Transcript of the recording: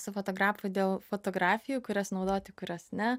sufotografu dėl fotografijų kurias naudoti kurias ne